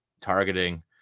targeting